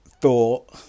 thought